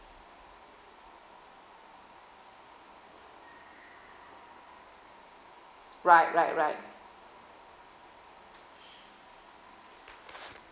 right right right